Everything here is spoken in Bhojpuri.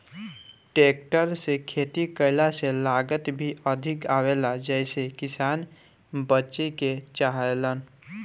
टेकटर से खेती कईला से लागत भी अधिक आवेला जेइसे किसान बचे के चाहेलन